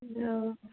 എന്താവാം